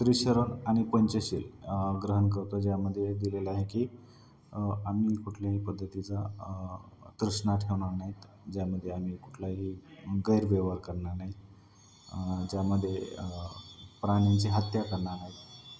त्रिशरण आणि पंचशील ग्रहण करतो ज्यामध्ये दिलेलं आहे की आम्ही कुठल्याही पद्धतीचा तृष्णा ठेवणार नाही ज्यामध्ये आम्ही कुठलाही गैरव्यवहार करणार नाही ज्यामध्ये प्राण्यांची हत्या करणार नाही